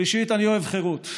שלישית, אני אוהב חירות.